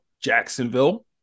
Jacksonville